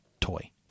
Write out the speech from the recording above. toy